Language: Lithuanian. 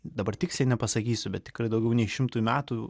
dabar tiksliai nepasakysiu bet tikrai daugiau nei šimtui metų